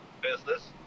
business